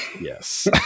Yes